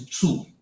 two